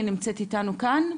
היא נמצאת איתנו כאן,